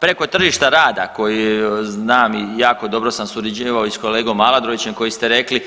Preko tržišta rada koji znam i jako dobro sam surađivao i s kolegom Aladrovićem koji ste rekli